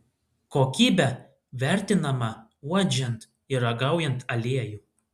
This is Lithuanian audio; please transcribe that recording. kokybė vertinama uodžiant ir ragaujant aliejų